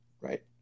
Right